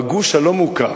בגוש הלא-מוכר,